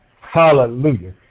hallelujah